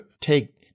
take